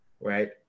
right